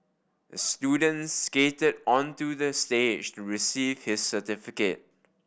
the student skated onto the stage to receive his certificate